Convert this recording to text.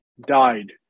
died